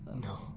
No